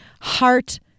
heart